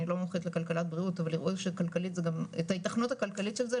אני לא מומחית לכלכלת בריאות אבל הראו את ההתכנות הכלכלית של זה,